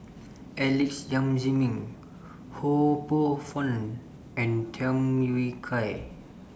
Alex Yam Ziming Ho Poh Fun and Tham Yui Kai